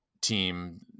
team